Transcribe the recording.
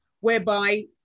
whereby